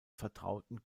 vertrauten